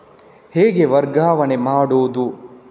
ಹೇಗೆ ವರ್ಗಾವಣೆ ಮಾಡುದು?